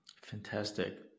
Fantastic